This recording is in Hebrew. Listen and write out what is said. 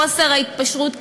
חוסר ההתפשרות,